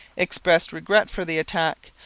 expressed regret for the attack,